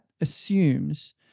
assumes